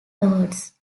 awards